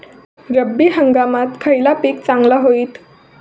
रब्बी हंगामाक खयला पीक चांगला होईत?